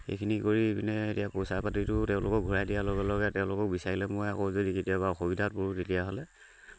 সেইখিনি কৰি পিনে এতিয়া পইচা পাতিটো তেওঁলোকক ঘূৰাই দিয়াৰ লগে লগে তেওঁলোকক বিচাৰিলে মই আকৌ যদি কেতিয়াবা অসুবিধাত পৰোঁ তেতিয়াহ'লে